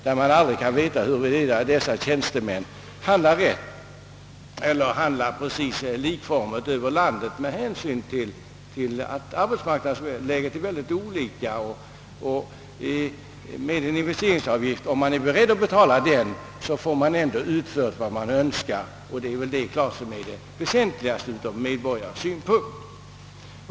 Man kan aldrig veta huruvida dessa tjänstemän handlar rätt eller precis likformigt över hela landet, eftersom arbetsmarknadsläget är olika på olika håll. Med en investeringsavgift är däremot den som är beredd att betala avgiften säker på att den önskade byggnaden blir uppförd, och detta är det väsentliga ur medborgarnas synpunkt.